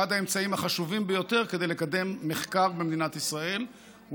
אחד האמצעים החשובים ביותר כדי לקדם מחקר במדינת ישראל הוא